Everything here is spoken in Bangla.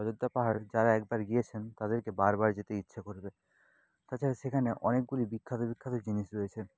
অযোধ্যা পাহাড় যারা একবার গিয়েছেন তাদেরকে বারবার যেতে ইচ্ছে করবে তাছাড়া সেখানে অনেকগুলি বিখ্যাত বিখ্যাত জিনিস রয়েছে